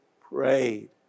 prayed